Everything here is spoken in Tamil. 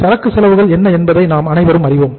சரக்கு செலவுகள் என்னவென்பதை நாம் அனைவரும் அறிவோம்